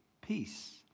peace